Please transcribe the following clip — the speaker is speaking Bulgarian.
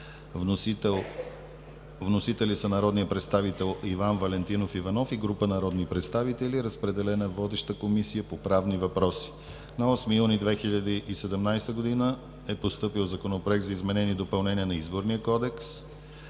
Вносители: народният представител Иван Валентинов Иванов и група народни представители. Разпределен е на водеща Комисия по правни въпроси. На 8 юни 2017 г. е постъпил Законопроект за изменение и допълнение на Изборния кодекс.